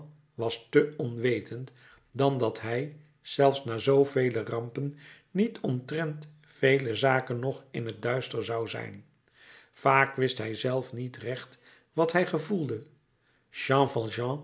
was te onwetend dan dat hij zelfs na zoovele rampen niet omtrent vele zaken nog in t duister zou zijn vaak wist hij zelf niet recht wat hij gevoelde